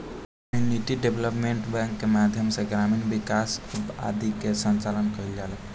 community development bank के माध्यम से ग्रामीण विकास बैंक आदि के संचालन कईल जाला